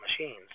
machines